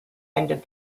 ended